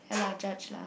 ya lah judge lah